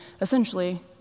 essentially